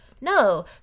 no